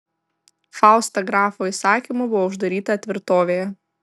fausta grafo įsakymu buvo uždaryta tvirtovėje